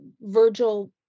Virgil